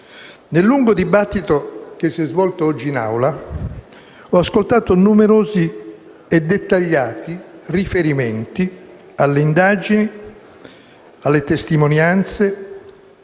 Nel lungo dibattito che si è svolto oggi in Aula ho ascoltato numerosi e dettagliati riferimenti alle indagini, alle testimonianze,